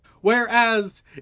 Whereas